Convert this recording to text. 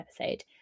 episode